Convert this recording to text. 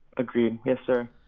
agreed. yes sir.